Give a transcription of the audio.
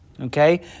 okay